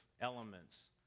elements